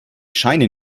scheine